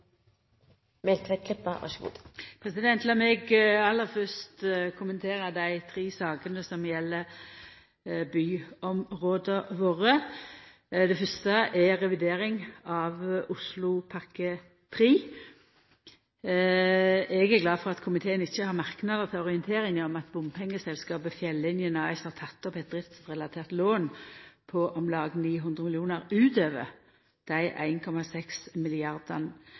me lukkast med å få fleire frå bil og over på kollektivtransport, så forsvinn òg finansieringsgrunnlaget. Lat meg aller fyrst kommentera dei tre sakene som gjeld byområda våre. Det fyrste er revidering av Oslopakke 3. Eg er glad for at komiteen ikkje har merknader til orienteringa om at bompengeselskapet Fjellinjen AS har teke opp eit driftsrelatert lån på om lag 900 mill. kr utover dei